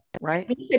right